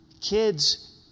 Kids